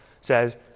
says